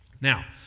Now